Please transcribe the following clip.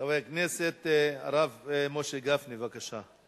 חבר הכנסת הרב משה גפני, בבקשה.